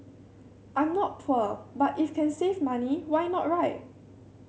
I'm not poor but if can save money why not right